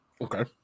Okay